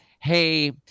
hey